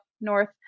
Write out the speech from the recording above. north